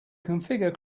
configure